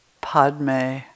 padme